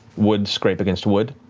wood scrape against wood,